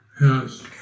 Yes